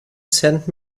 sent